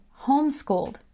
homeschooled